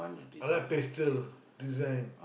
I like pastel design